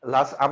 Last